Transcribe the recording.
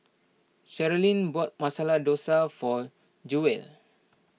Cherilyn bought Masala Dosa for Jewell